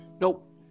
Nope